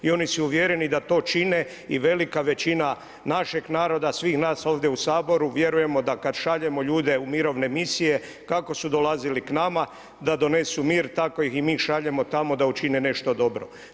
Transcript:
I oni su uvjereni da to čine i velika većina našeg naroda, svih nas ovdje u Saboru vjerujemo da kada šaljemo ljude u mirovine misije kako su dolazili k nama da donesu mir, tako ih i mi šaljemo tamo da učine nešto dobro.